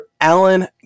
Alan